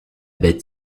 bête